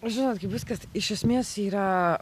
žinot kaip viskas iš esmės yra